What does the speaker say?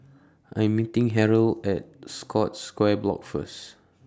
I'm meeting Harold At Scotts Square Block First